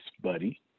Buddy